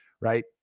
right